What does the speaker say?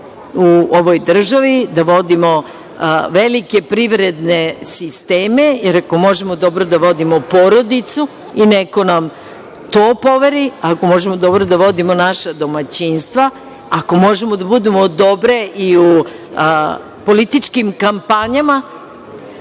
u ovoj državi, da vodimo velike privredne sisteme. Jer, ako možemo dobro da vodimo porodicu i neko nam to poveri, ako možemo dobro da vodimo naša domaćinstva, ako možemo da budemo dobre i u političkim kampanjama,